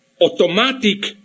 automatic